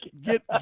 Get